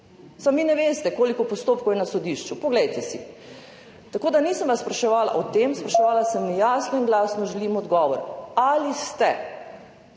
Samo vi ne veste, koliko postopkov je na sodišču. Poglejte si! Tako da nisem vas spraševala o tem, spraševala sem jasno in glasno in želim odgovor: Ali ste